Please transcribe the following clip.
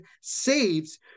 saves